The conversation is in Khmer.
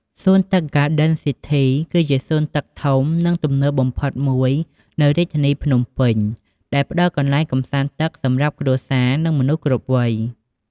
សួនទឹកហ្គាដិនស៊ីធី គឺជាសួនទឹកធំ និងទំនើបបំផុតមួយនៅរាជធានីភ្នំពេញ ដែលផ្តល់កន្លែងកម្សាន្តទឹកសម្រាប់គ្រួសារ និងមនុស្សគ្រប់វ័យ។